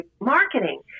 marketing